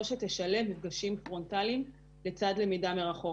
שתשלב מפגשים פרונטליים לצד למידה מרחוק.